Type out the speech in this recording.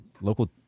local